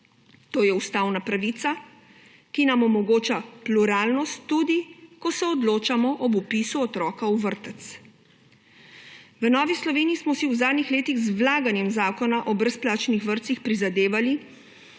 To je ustavna pravica, ki nam omogoča pluralnost, tudi ko se odločamo ob vpisu otroka v vrtec. V Novi Sloveniji smo si v zadnjih letih z vlaganjem zakona o brezplačnih vrtcih prizadevali,